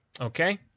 Okay